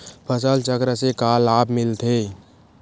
फसल चक्र से का लाभ मिलथे?